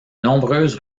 nombreuses